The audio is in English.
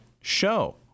show